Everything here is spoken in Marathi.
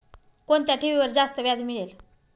कोणत्या ठेवीवर जास्त व्याज मिळेल?